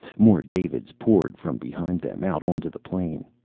more davids poured from behind them, out onto the plain.